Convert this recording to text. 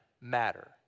matter